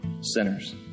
Sinners